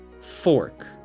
fork